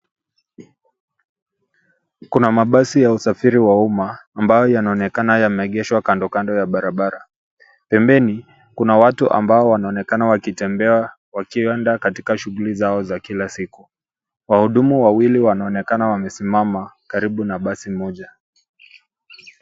Kuna mabasi ya usafiri wa umma ambayo yanaonekana yameegeshwa kando kando ya barabara. Pembeni kuna watu ambao wanaonekana wakitembea wakienda katika shughuli zao za kila siku. Wahudumu wawili wanaonekana wamesimama karibu na basi moja.